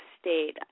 state